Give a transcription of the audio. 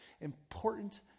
important